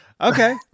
Okay